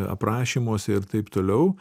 aprašymuose ir taip toliau